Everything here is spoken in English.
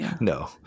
No